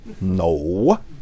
No